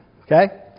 Okay